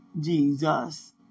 Jesus